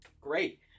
Great